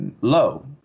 low